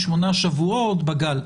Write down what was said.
8 שבועות בגל.